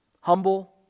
humble